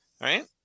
right